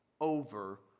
over